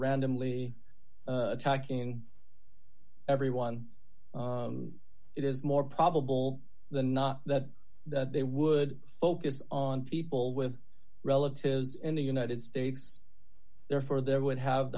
randomly attacking everyone it is more probable than not that that they would focus on people with relatives in the united states therefore there would have